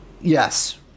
Yes